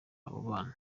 babana